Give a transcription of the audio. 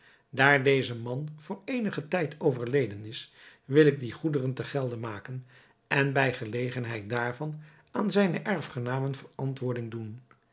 daar deze man voor eenigen tijd overleden is wil ik die goederen te gelden maken en bij gelegenheid daarvan aan zijne erfgenamen verantwoording doen